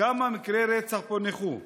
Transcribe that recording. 1. כמה מקרי רצח פוענחו ?